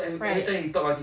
right